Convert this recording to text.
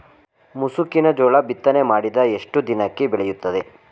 ಮುಸುಕಿನ ಜೋಳ ಬಿತ್ತನೆ ಮಾಡಿದ ಎಷ್ಟು ದಿನಕ್ಕೆ ಬೆಳೆಯುತ್ತದೆ?